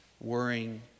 worrying